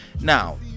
now